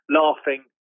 laughing